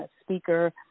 speaker